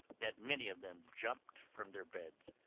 that many of them jumped from their beds,